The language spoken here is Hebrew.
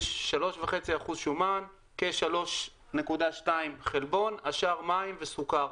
יש 3.5% שומן, כ-3.2% חלבון, השאר מים וסוכר.